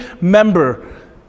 member